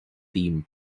theme